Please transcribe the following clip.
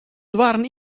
doarren